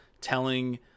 telling